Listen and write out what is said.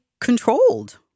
Controlled